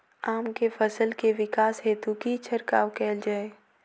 आम केँ फल केँ विकास हेतु की छिड़काव कैल जाए?